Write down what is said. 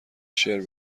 شعر